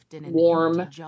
warm